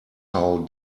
how